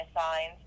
signs